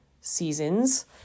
seasons